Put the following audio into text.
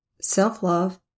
self-love